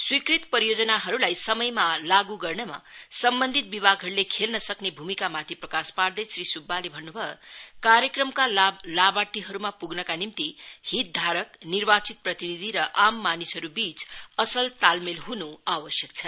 स्वीकृत परियोजनाहरूलाई समयमा लागु गर्नमा सम्बन्धित विभागहरूले खेल्न सक्ने भूमिकामाथि प्रकाश पार्दै श्री सुब्बाले भन्न भयो कार्यक्रमका लाभ लाभार्थीहरूमा पुग्नका निम्ति हितधारक निर्वाचित प्रतिनिधि र आम मानिसहरूबीच असल तालमेल हुनु आवश्यक छ